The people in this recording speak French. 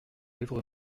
lèvres